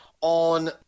On